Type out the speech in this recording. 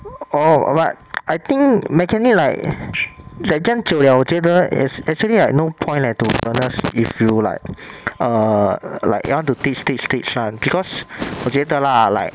orh but I think mechanic like like 这样久了我觉得也是 actually like no point leh to be honest if you like err like you want to teach teach teach [one] because 我觉得 lah like